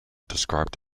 described